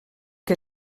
què